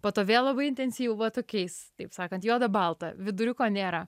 po to vėl labai intensyvu va tokiais taip sakant juoda balta viduriuko nėra